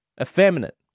effeminate